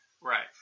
Right